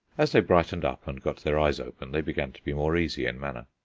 as they brightened up and got their eyes open, they began to be more easy in manner.